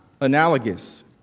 analogous